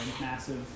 massive